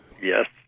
Yes